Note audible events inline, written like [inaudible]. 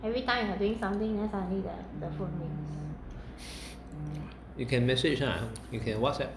[laughs] you can message lah you can Whatsapp